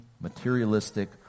materialistic